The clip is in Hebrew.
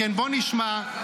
בוא נשמע.